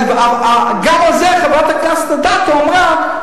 גם על זה חברת הכנסת אדטו אמרה,